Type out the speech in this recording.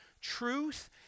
truth